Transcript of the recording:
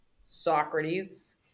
Socrates